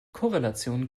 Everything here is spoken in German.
korrelation